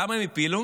למה הם הפילו?